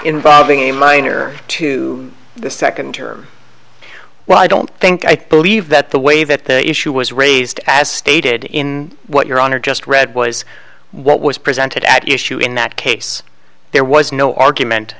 involving a minor to the second term well i don't think i believe that the way that the issue was raised as stated in what your honor just read was what was presented at issue in that case there was no argument